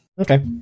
Okay